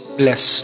bless